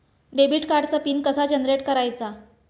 Debit कार्डचा pin कसा generate करायचा?